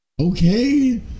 okay